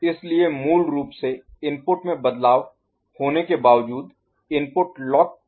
इसलिए मूल रूप से इनपुट में बदलाव होने के बावजूद इनपुट लॉक हो रहा है